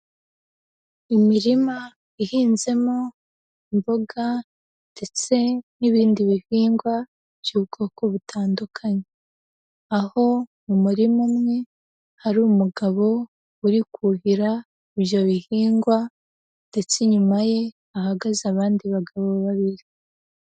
Imirima ihinzemo imboga ndetse n'ibindi bihingwa by'ubwoko butandukanye, aho mu murima umwe hari umugabo uri kuhira ibyo bihingwa ndetse inyuma ye hahagaze abandi bagabo babiri.